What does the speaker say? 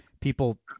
people